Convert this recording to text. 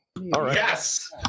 yes